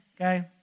okay